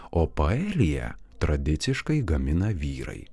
o paeliją tradiciškai gamina vyrai